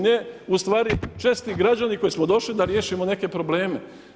Ne, ustvari česti građani koji smo došli da riješimo neke probleme.